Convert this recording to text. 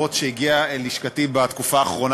רבות שהגיעה אל לשכתי בתקופה האחרונה,